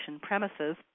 premises